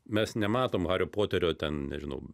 mes nematom hario poterio ten nežinau